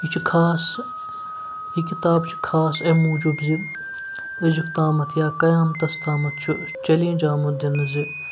یہِ چھُ خاص یہِ کِتاب چھِ خاص امہِ موٗجوٗب زِ أزیُک تامَتھ یا قیامتَس تامَتھ چھُ چیلینٛج آمُت دِنہٕ زِ